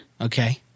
Okay